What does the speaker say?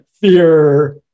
fear